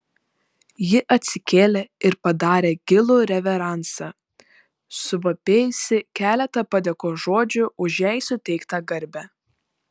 ji atsikėlė ir padarė gilų reveransą suvapėjusi keletą padėkos žodžių už jai suteiktą garbę